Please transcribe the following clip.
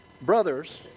Brothers